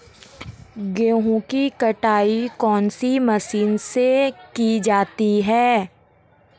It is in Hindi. गेहूँ की कटाई कौनसी मशीन से की जाती है?